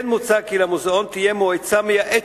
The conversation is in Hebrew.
כן מוצע כי למוזיאון תהיה מועצה מייעצת,